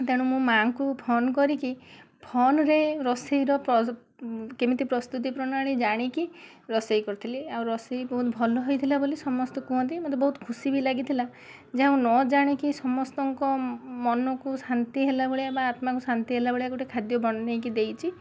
ତେଣୁ ମୁଁ ମୋ ମା'ଙ୍କୁ ଫୋନ କରିକି ଫୋନରେ ରୋଷେଇର କେମିତି ପ୍ରସ୍ତୁତି ପ୍ରଣାଳୀ ଜାଣିକି ରୋଷେଇ କରିଥିଲି ଆଉ ରୋଷେଇ ବହୁତ ଭଲ ହୋଇଥିଲା ବୋଲି ସମସ୍ତେ କୁହନ୍ତି ମୋତେ ବହୁତ ଖୁସି ବି ଲାଗିଥିଲା ଯାହା ହଉ ନଜାଣିକି ସମସ୍ତଙ୍କ ମନକୁ ଶାନ୍ତି ହେଲା ଭଳିଆ ବା ଆତ୍ମାକୁ ଶାନ୍ତି ହେଲା ଭଳିଆ ଗୋଟେ ଖାଦ୍ୟ ବନାଇକି ଦେଇଛି